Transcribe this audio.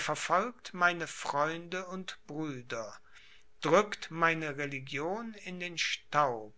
verfolgt meine freunde und brüder drückt meine religion in den staub